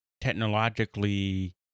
technologically